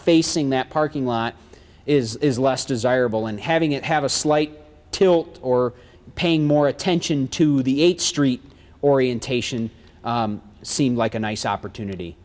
facing that parking lot is less desirable and having it have a slight tilt or paying more attention to the eighth street orientation seemed like a nice opportunity